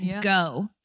go